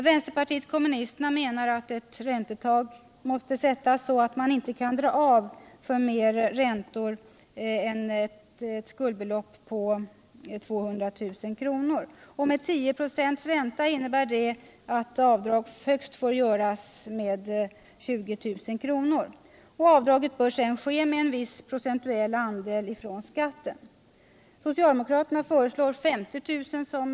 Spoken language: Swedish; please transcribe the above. Vpk menar att ett räntetak måste sättas så att man inte kan dra av 121 mer räntor än för ett skuldbelopp på 200 000 kr. Med en ränta på 10 96 innebär det att avdrag får göras med högst 20 000 kr. Detta avdrag bör sedan ske med en viss procentuell andel ifrån skatten. Socialdemokraterna föreslår 50 000 kr.